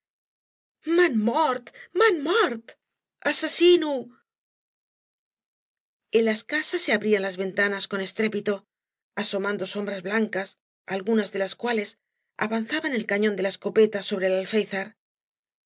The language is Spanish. mort asesino en las casas se abrían las ventanas con estrépito asomando sombras blancas algunas de las cuales avanzaban el cañón de la escopeta sobre el